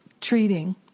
treating